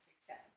success